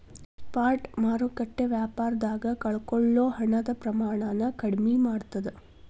spot ಮಾರುಕಟ್ಟೆ ವ್ಯಾಪಾರದಾಗ ಕಳಕೊಳ್ಳೊ ಹಣದ ಪ್ರಮಾಣನ ಕಡ್ಮಿ ಮಾಡ್ತದ